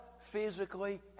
physically